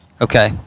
Okay